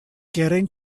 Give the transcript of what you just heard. getting